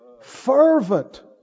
Fervent